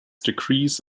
decrees